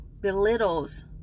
belittles